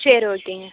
சரி ஓகேங்க